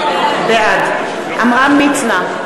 בעד עמרם מצנע,